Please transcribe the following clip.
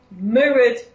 mirrored